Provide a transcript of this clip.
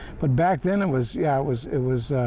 but back then it was yeah, it was it was